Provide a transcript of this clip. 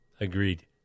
Agreed